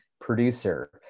producer